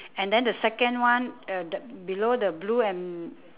and then the second one uh the below the blue and